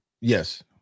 Yes